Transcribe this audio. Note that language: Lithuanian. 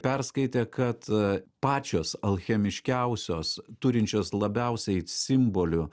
perskaitė kad pačios alchemiškiausios turinčios labiausiai simbolių